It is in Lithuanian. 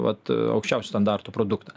vat aukščiausių standartų produktą